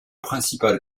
principal